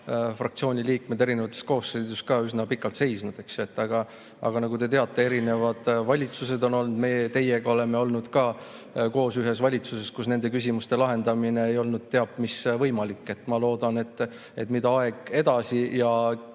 on Isamaa fraktsiooni liikmed eri koosseisudes ka üsna pikalt seisnud. Aga nagu te teate, erinevad valitsused on olnud, meie teiega oleme olnud ka koos ühes valitsuses, kus nende küsimuste lahendamine ei olnud teab kui võimalik. Ma loodan, et mida aeg edasi,